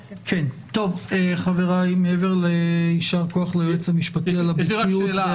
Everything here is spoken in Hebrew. יישר כוח ליועץ המשפטי על הבקיאות בהגיית המדינות.